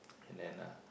and then uh